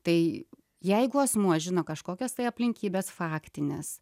tai jeigu asmuo žino kažkokias tai aplinkybes faktines